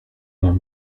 mam